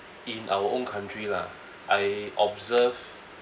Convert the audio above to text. in our own country lah I observe